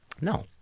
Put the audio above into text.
No